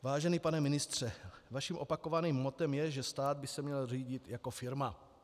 Vážený pane ministře, vaším opakovaným mottem je, že stát by se měl řídit jako firma.